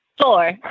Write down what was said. Four